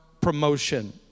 promotion